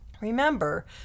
Remember